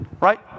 Right